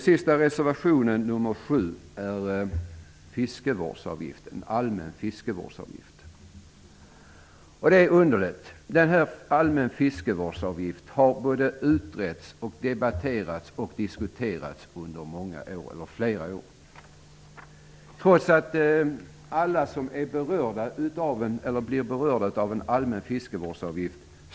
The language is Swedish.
Frågan om allmän fiskevårdsavgift har utretts, debatterats och diskuterats under många år. Alla berörda vill ha och står bakom förslaget om en allmän fiskevårdsavgift.